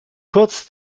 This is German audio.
kurz